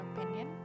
opinion